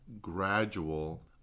gradual